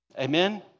Amen